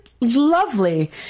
lovely